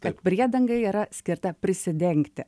kad priedanga yra skirta prisidengti